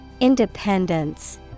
Independence